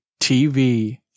TV